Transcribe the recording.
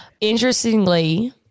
Interestingly